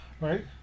Right